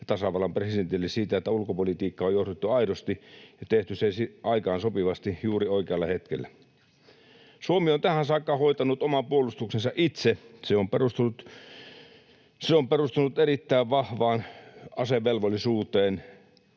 ja tasavallan presidentille — siitä, että ulkopolitiikkaa on johdettu aidosti ja on tehty se aikaan sopivasti juuri oikealla hetkellä. Suomi on tähän saakka hoitanut oman puolustuksensa itse. Se on perustunut erittäin vahvaan asevelvollisuuteen,